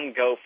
go